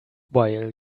while